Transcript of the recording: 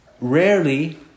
rarely